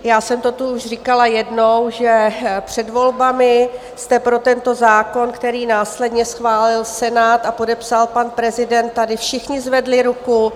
Já jsem to tu už říkala jednou, že před volbami jste pro tento zákon, který následně schválil Senát a podepsal pan prezident, tady všichni zvedli ruku.